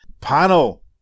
panel